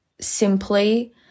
simply